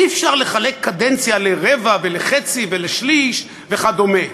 אי-אפשר לחלק קדנציה לרבע ולחצי ולשליש וכדומה.